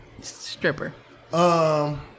stripper